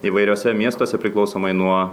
įvairiuose miestuose priklausomai nuo